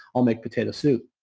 i'll make potato soup.